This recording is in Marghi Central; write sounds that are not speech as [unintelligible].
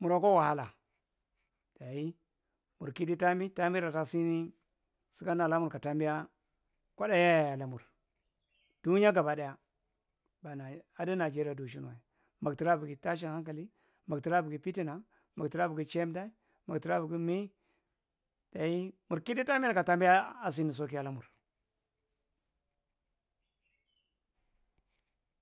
murokwa wahala. Dayi murkidu tambi tambi ratasini siganalamur kataambia kwaadaa’ya yae lamur dunya gab- daya [unintelligible] adi nigeria dukshin wo mugtara vigi tashin hankali, muktra vigi pituna, mugtra vigi chem’ndae muk- tra vigi mie deyi me deyi murkidu taambian kataambia sini sokia lamur.